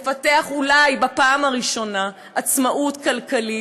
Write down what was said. לפתח, אולי בפעם הראשונה, עצמאות כלכלית,